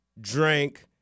drink